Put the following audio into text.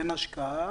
אין השקעה.